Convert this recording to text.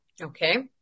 okay